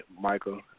Michael